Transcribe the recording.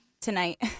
Tonight